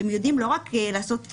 שהם יודעים לא רק לעשות "כן,